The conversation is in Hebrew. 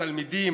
התלמידים,